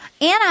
Anna